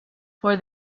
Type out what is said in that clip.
for